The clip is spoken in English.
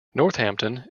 northampton